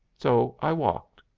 so i walked.